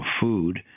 food